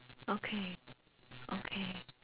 okay okay